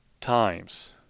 times